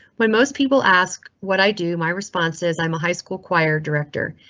when most people ask what i do, my responses. i'm a high school choir director.